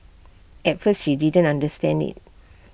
at first she didn't understand IT